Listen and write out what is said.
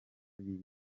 bintu